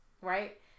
Right